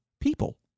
people